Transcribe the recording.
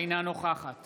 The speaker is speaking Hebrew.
אינה נוכחת